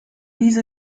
diese